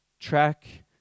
track